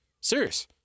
Serious